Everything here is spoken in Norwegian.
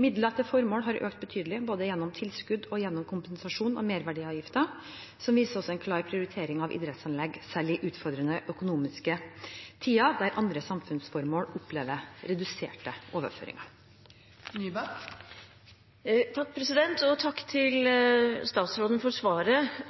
Midler til formål har økt betydelig både gjennom tilskudd og gjennom kompensasjon av merverdiavgiften, som viser også en klar prioritering av idrettsanlegg, selv i utfordrende økonomiske tider, der andre samfunnsformål opplever reduserte overføringer. Takk til statsråden for svaret.